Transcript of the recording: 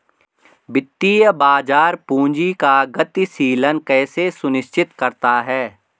वित्तीय बाजार पूंजी का गतिशीलन कैसे सुनिश्चित करता है?